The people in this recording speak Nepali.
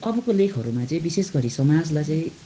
अबको लेखहरूमा चाहिँ विशेष गरी समाजलाई चाहिँ